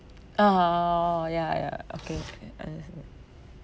(uh huh) ya ya okay okay understand